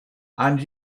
and